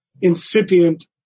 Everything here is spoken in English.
incipient